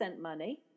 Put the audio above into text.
money